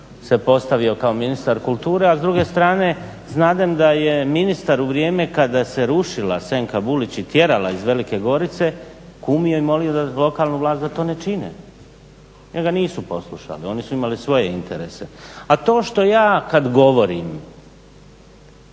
se postavio kao ministar kulture, a s druge strane znadem da je ministar u vrijeme kada se rušila Senka Bulić i tjerala iz Velike Gorice, kumio i molio lokalnu vlast da to ne čine, pa ga nisu poslušali, oni su imali svoje interese. A to što ja kada govorimo